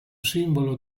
simbolo